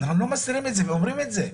אנחנו לא מסתירים את זה ואנחנו אומרים את זה.